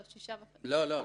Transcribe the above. לא.